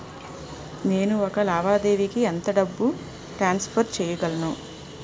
నేను ఒక లావాదేవీకి ఎంత డబ్బు ట్రాన్సఫర్ చేయగలను?